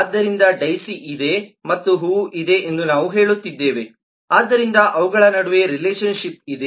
ಆದ್ದರಿಂದ ಡೈಸಿ ಇದೆ ಮತ್ತು ಹೂವು ಇದೆ ಎಂದು ನಾವು ಹೇಳುತ್ತಿದ್ದೇವೆ ಆದ್ದರಿಂದ ಅವುಗಳ ನಡುವೆ ರಿಲೇಶನ್ ಶಿಪ್ ಇದೆ